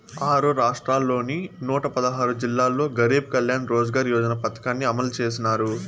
ఆరు రాష్ట్రాల్లోని నూట పదహారు జిల్లాల్లో గరీబ్ కళ్యాణ్ రోజ్గార్ యోజన పథకాన్ని అమలు చేసినారు